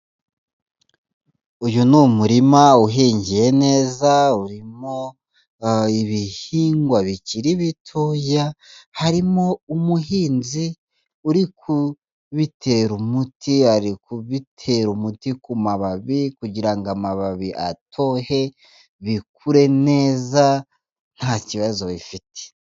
Uyu ni umurima uhingiye neza urimo ibihingwa bikiri bitoya, harimo umuhinzi uri kubitera umuti ari kubitera umuti ku mababi kugira ngo amababi atohe bikure neza ntakibazo bifite.